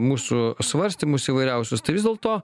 mūsų svarstymus įvairiausius tai vis dėlto